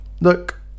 Look